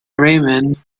raymond